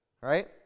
right